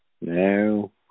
No